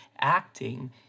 acting